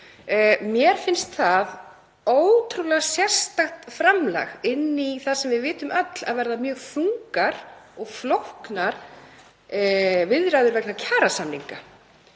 Mér finnst það ótrúlega sérstakt framlag inn í það sem við vitum öll að verða mjög þungar og flóknar viðræður vegna kjarasamninga,